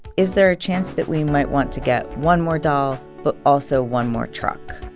is there a chance that we might want to get one more doll, but also one more truck?